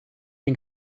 you